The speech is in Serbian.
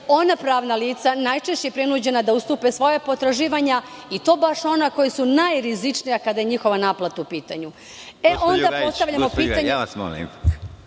ona pravna lica najčešće prinuđena da ustupe svoja potraživanja, i to baš ona koja su najrizičnija kada je njihova naplata u pitanju, onda postavljamo pitanje